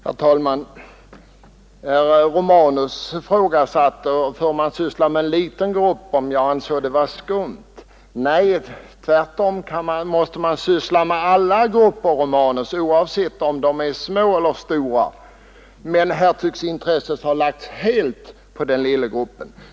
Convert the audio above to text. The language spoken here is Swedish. Herr talman! Herr Romanus undrade om jag tyckte det var skumt att syssla med en liten grupps intressen. Nej, tvärtom. Man måste syssla med alla gruppers intressen, herr Romanus, oavsett om de är små eller stora. Men här tycks motionärernas intresse helt ha koncentrerats på den lilla gruppen.